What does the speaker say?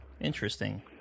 Interesting